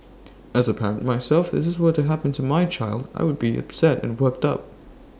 as A parent myself if this were to happen to my child I would be upset and worked up